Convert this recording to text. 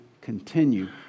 continue